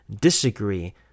disagree